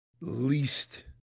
least